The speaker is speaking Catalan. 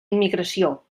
immigració